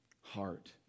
heart